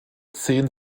zehn